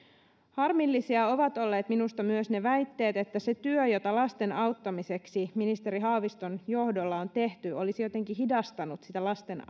harmillisia ovat olleet minusta myös ne väitteet että se työ jota lasten auttamiseksi ministeri haaviston johdolla on tehty olisi jotenkin hidastanut sitä lasten